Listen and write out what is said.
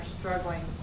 struggling